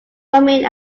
women